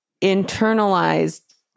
internalized